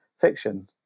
fiction